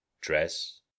dress